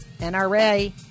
NRA